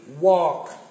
walk